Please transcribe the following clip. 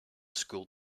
school